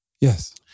Yes